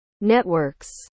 Networks